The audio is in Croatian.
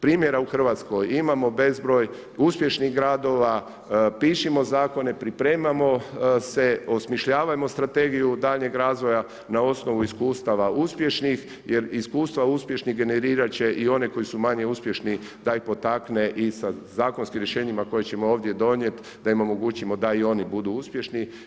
Primjera u Hrvatskoj imamo bezbroj, uspješnih gradova, pišimo zakone, pripremamo se, osmišljavajmo strategiju daljnjeg razvoja na osnovu iskustava uspješnih, jer iskustva uspješnih generirat će i one koji su manje uspješni da ih potakne i sa zakonskim rješenjima koje ćemo ovdje donijet, da im omogućimo da i oni budu uspješni.